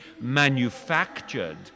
manufactured